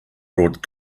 brought